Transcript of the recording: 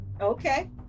Okay